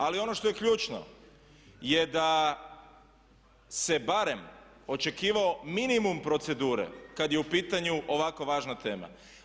Ali ono što je ključno je da se barem očekivao minimum procedure kad je u pitanju ovako važna tema.